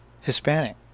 Hispanic